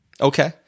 Okay